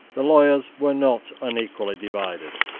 the lawyers were not unequally divided.